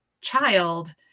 child